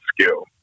skill